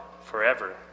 forever